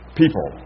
people